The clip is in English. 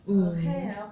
mm